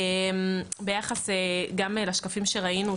ביחס גם לשקפים שראינו,